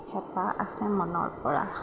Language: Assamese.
হেঁপাহ আছে মনৰপৰা